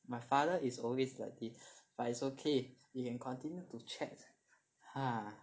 my father is always like this but it's okay we can continue to chat ha